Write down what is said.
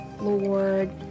Lord